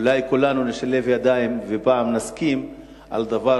אולי כולנו נשלב ידיים ופעם נסכים על דבר